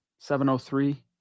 703